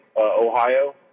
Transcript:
Ohio